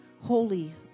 holy